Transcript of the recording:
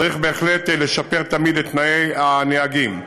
צריך בהחלט לשפר תמיד את תנאי הנהגים.